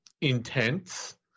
intense